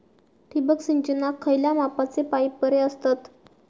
ठिबक सिंचनाक खयल्या मापाचे पाईप बरे असतत?